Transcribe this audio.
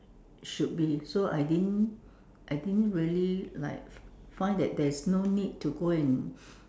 should be so I didn't I didn't really like find that there is no need to go and